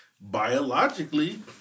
biologically